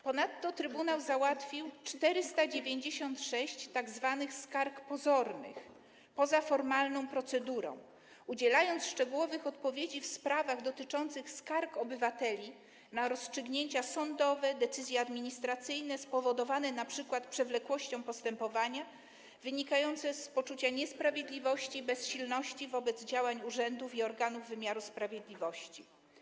Ponadto trybunał załatwił 496 tzw. skarg pozornych, poza formalną procedurą, udzielając szczegółowych odpowiedzi w sprawach dotyczących skarg obywateli na rozstrzygnięcia sądowe, decyzje administracyjne, spowodowanych np. przewlekłością postępowania, wynikających z poczucia niesprawiedliwości i bezsilności wobec działań urzędów i organów wymiaru sprawiedliwości.